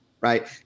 right